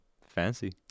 Fancy